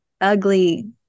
ugly